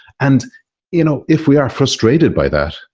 and you know if we are frustrated by that,